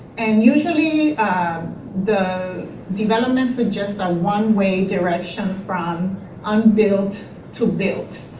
and usually the development suggests a one way direction from unbuilt to built.